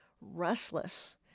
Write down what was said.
restless